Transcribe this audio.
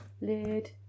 Lid